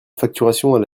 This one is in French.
facturation